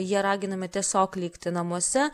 jie raginami tiesiog likti namuose